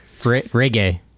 Reggae